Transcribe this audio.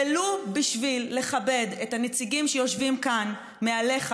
ולו בשביל לכבד את הנציגים שיושבים כאן מעליך,